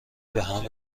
بهم